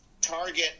target